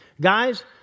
Guys